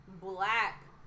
black